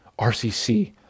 RCC